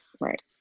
right